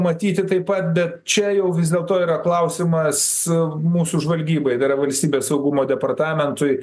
matyti taip pat bet čia jau vis dėlto yra klausimas mūsų žvalgybai dar valstybės saugumo departamentui